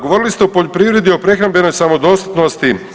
Govorili ste o poljoprivredi i o prehrambenoj samodostatnosti.